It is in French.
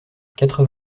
quatre